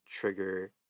trigger